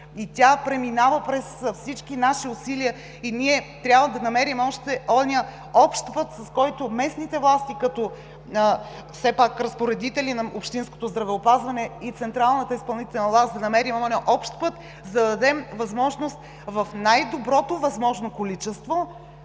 Тя преминава през всички наши усилия и ние трябва да намерим онзи общ път между местните власти, като разпоредители на общинското здравеопазване, и централната изпълнителна власт, за да дадем възможност в най-доброто възможно количество